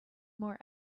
more